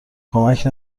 کمک